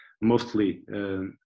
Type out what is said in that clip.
mostly